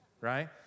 right